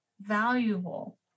valuable